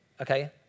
okay